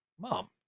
mom